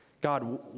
God